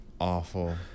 awful